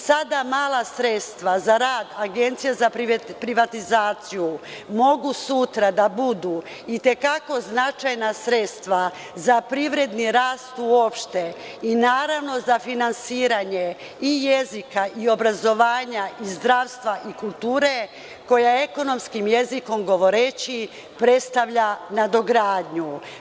Sada mala sredstva za rad Agencije za privatizaciju mogu sutra da budu i te kako značajna sredstva za privredni rast uopšte i, naravno, za finansiranje i jezika i obrazovanja i zdravstva i kulture koja, ekonomskim jezikom govoreći, predstavljaju nadogradnju.